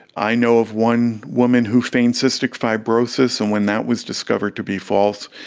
i know of one woman who feigned cystic fibrosis, and when that was discovered to be false,